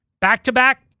Back-to-back